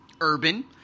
Urban